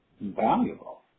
valuable